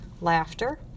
Laughter